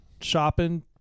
shopping